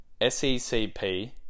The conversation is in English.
SECP